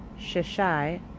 Shishai